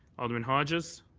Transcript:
alderman hodges?